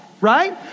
Right